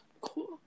Cool